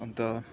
अन्त